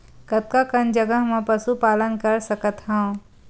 कतका कन जगह म पशु पालन कर सकत हव?